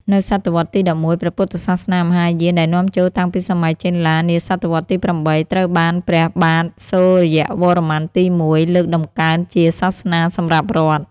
នៅស.វ. ទី១១ ព្រះពុទ្ធសាសនាមហាយានដែលនាំចូលតាំងពីសម័យចេនឡា នាស.វ. ទី៨ ត្រូវបានព្រះបាទសូរ្យវរ័ន្មទី១ លើកតម្កើងជាសាសនាសម្រាប់រដ្ឋ។